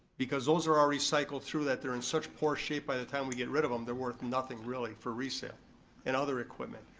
because those are already cycled through that, they're in such poor shape by the time we get rid of them they're worth nothing really for resale and other equipment.